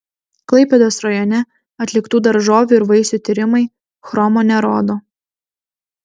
klaipėdos rajone atliktų daržovių ir vaisių tyrimai chromo nerodo